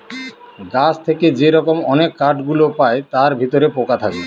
গাছ থেকে যে রকম অনেক কাঠ গুলো পায় তার ভিতরে পোকা থাকে